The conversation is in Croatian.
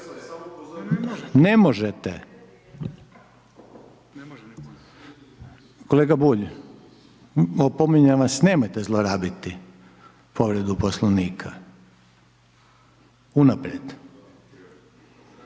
Ne možete. Kolega Bulj, opominjem vas, nemojte zlorabiti povredu Poslovnika unaprijed.